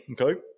okay